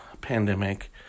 pandemic